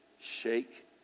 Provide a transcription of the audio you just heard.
shake